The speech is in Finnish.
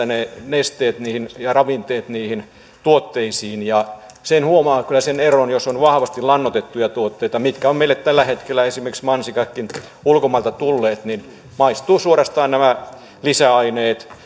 ne nesteet ja ravinteet tulevat suoraan maaperästä niihin tuotteisiin ja sen eron kyllä huomaa jos on vahvasti lannoitettuja tuotteita mitä ovat tällä hetkellä esimerkiksi meille ulkomailta tulleet mansikatkin niissä suorastaan maistuvat nämä lisäaineet